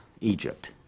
Egypt